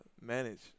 manage